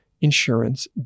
insurance